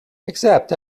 accept